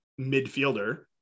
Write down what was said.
midfielder